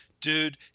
dude